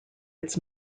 its